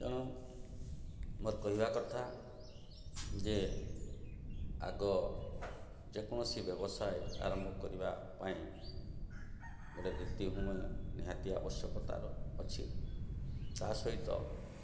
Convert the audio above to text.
ତେଣୁ ମୋର କହିବା କଥା ଯେ ଆଗ ଯେକୌଣସି ବ୍ୟବସାୟ ଆରମ୍ଭ କରିବା ପାଇଁ ଗୋଟେ ଭିତ୍ତିଭୂମି ନିହାତି ଆବଶ୍ୟକତା ର ଅଛି ତା ସହିତ